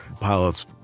pilots